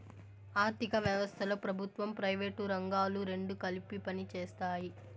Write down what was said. ఆర్ధిక వ్యవస్థలో ప్రభుత్వం ప్రైవేటు రంగాలు రెండు కలిపి పనిచేస్తాయి